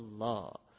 Allah